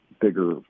bigger